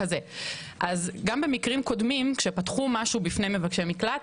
גם במקרים קודמים שפתחו משהו בפני מבקשי מקלט,